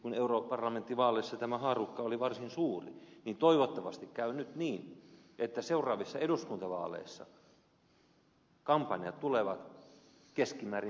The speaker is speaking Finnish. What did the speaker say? kun europarlamenttivaaleissa tämä haarukka oli varsin suuri niin toivottavasti käy nyt niin että seuraavissa eduskuntavaaleissa kampanjat tulevat keskimäärin puolittumaan